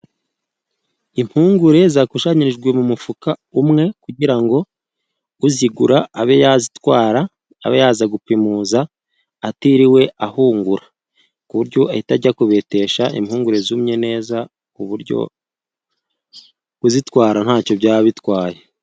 Impungure zakusanyirijwe mu mufuka umwe kugira ngo uzigura abe yazitwara abe yaza gupimuza atiriwe ahungura, ku buryo ahita ajya kubetesha impungure zumye neza, ku buryo kuzitwara ntacyo byaba bitwaye.